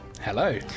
Hello